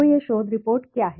तो यह शोध रिपोर्ट क्या है